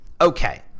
Okay